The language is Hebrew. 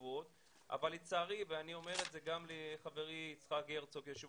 גבוהות אבל לצערי ואני אומר את זה גם לחברי יצחק הרצוג יושב